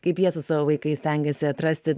kaip jie su savo vaikais stengiasi atrasti